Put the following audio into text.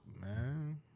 man